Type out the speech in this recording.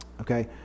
okay